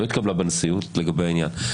לא התקבלה בנשיאות לגבי העניין,